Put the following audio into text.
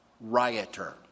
Rioter